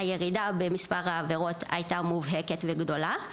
הירידה במספר העבירות הייתה מובהקת וגדולה,